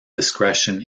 discretion